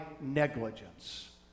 negligence